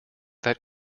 that